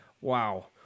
Wow